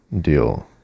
deal